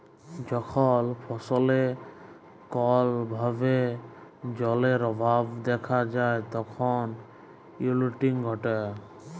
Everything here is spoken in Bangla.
যখল ফসলে কল ভাবে জালের অভাব দ্যাখা যায় তখল উইলটিং ঘটে